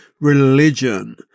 religion